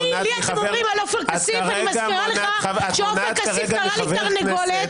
אני מזכירה לך שעופר כסיף קרא לי תרנגולת